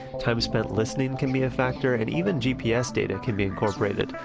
time spent listening can be a factor and even gps data can be incorporated.